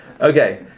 Okay